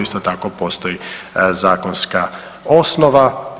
Isto tako postoji zakonska osnova.